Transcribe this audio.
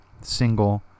single